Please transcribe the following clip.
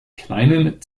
kleinen